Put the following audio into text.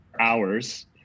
hours